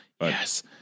yes